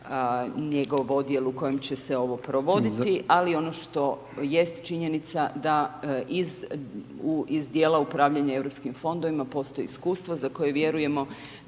njegov odjel u kojem će se ovo provoditi. Ali ono što jest činjenica da iz dijela upravljanja europskim fondovima postoji iskustvo za koje vjerujemo